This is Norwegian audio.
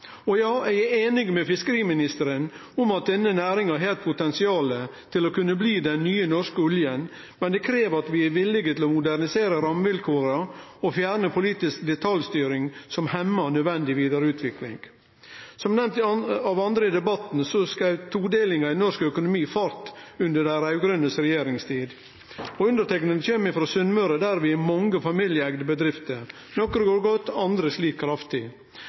Og ja, eg er einig med fiskeriministeren i at denne næringa har eit potensial til å kunne bli den nye norske oljen, men det krev at vi er villige til å modernisere rammevilkåra og fjerne politisk detaljstyring, som hemmar nødvendig vidareutvikling. Som nemnt av andre i debatten skaut todelinga i norsk økonomi fart under dei raud-grøne si regjeringstid. Underteikna kjem frå Sunnmøre, der vi har mange familieeigde bedrifter. Nokre går godt, andre slit kraftig.